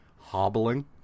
hobbling